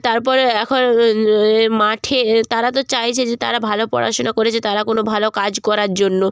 তারপর এখন এ মাঠে তারা তো চাইছে যে তারা ভালো পড়াশুনো করেছে তারা কোনো ভালো কাজ করার জন্য